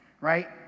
right